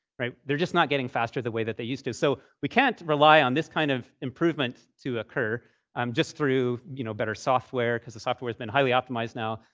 right? they're just not getting faster the way that they used to. so we can't rely on this kind of improvement to occur um just through you know better software, because the software's been highly optimized now,